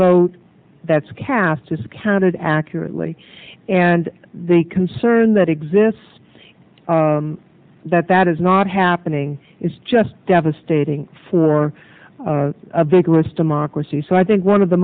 vote that's cast discounted accurately and the concern that exists that that is not happening is just devastating for a vigorous democracy so i think one of the